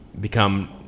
become